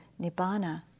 nibbana